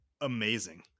amazing